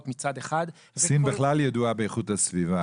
מצד אחד --- סין בכלל ידועה באיכות הסביבה.